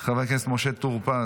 חבר הכנסת בועז טופורובסקי,